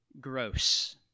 gross